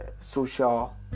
social